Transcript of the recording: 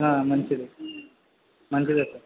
మంచిది మంచిదే సార్